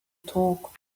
talk